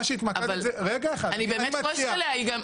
מה שהתמקדת זה --- אבל אני באמת כועסת עליה.